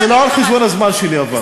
זה לא על חשבון הזמן שלי אבל.